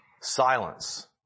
silence